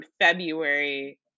February